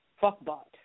fuckbot